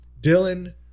Dylan